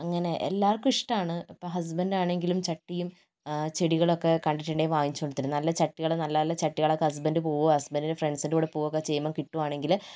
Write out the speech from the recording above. അങ്ങനെ എല്ലാവർക്കും ഇഷ്ടമാണ് ഇപ്പോൾ ഹസ്ബൻഡ് ആണെങ്കിലും ചട്ടിയിൽ ചെടികളൊക്കെ കണ്ടിട്ടുണ്ടേൽ വാങ്ങിച്ചോണ്ട് വരും നല്ല ചട്ടികള് നല്ല നല്ല ചട്ടികള് ഹസ്ബൻഡ് പോകും ഹസ്ബൻഡ് ഹസ്ബൻഡിൻ്റെ ഫ്രണ്ട്സിൻ്റെ കൂടെ ചെയ്യുമ്പോൾ കിട്ടുവാണെങ്കില്